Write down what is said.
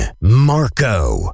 Marco